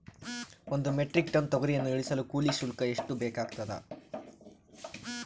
ಒಂದು metric ton ತೊಗರಿಯನ್ನು ಇಳಿಸಲು ಕೂಲಿ ಶುಲ್ಕ ಎಷ್ಟು ಬೇಕಾಗತದಾ?